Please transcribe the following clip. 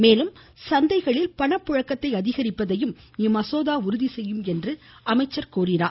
மேலும் சந்தைகளில் பணப்புழக்கத்தை அதிகரிப்பதையும் இம்மசோதா உறுதிசெய்யும் என்றார்